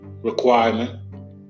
requirement